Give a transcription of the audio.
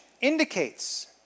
indicates